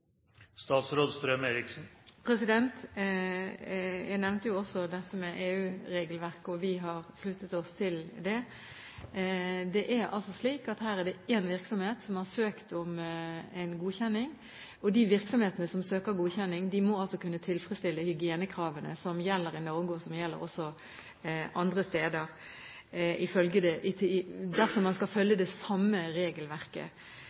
Jeg nevnte EU-regelverket. Vi har sluttet oss til det. Det er altså slik at det er én virksomhet som har søkt om godkjenning. De virksomhetene som søker om godkjenning, må kunne tilfredsstille de hygienekravene som gjelder i Norge, og som gjelder også andre steder. Så man skal følge det samme regelverket.